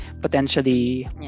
potentially